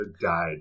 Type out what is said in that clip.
died